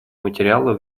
материала